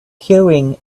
queuing